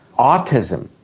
autism.